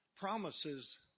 promises